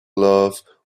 love